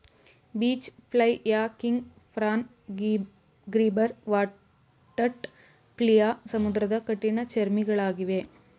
beach flea, king prawn, gribble, water flea ಸಮುದ್ರದ ಕಠಿಣ ಚರ್ಮಿಗಳಗಿವೆ